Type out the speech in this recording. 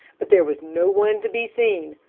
but there was no one to be seen.